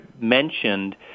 mentioned